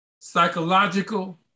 psychological